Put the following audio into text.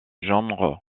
genre